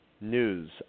News